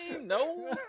No